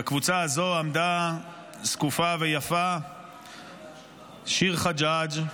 בקבוצה הזו עמדה זקופה ויפה שיר חג'אג',